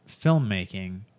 filmmaking